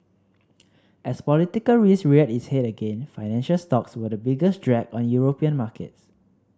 as political risk reared its head again financial stocks were the biggest drag on European markets